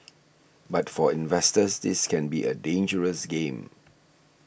but for investors this can be a dangerous game